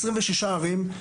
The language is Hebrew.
26 ערים,